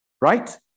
right